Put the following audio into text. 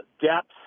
depth